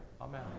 Amen